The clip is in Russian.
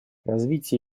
развитие